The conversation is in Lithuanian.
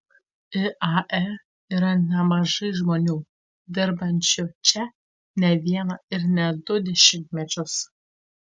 iae yra nemažai žmonių dirbančių čia ne vieną ir ne du dešimtmečius